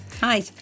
Hi